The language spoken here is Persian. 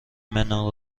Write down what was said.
منو